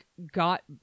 Got